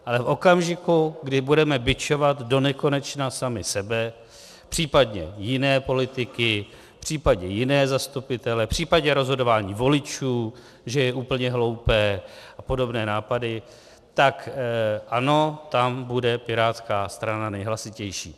Ale v okamžiku, kdy budeme bičovat donekonečna sami sebe, případně jiné politiky, případně jiné zastupitele, případně rozhodování voličů, že je úplně hloupé a podobné nápady, tak ano, tam bude pirátská strana nejhlasitější.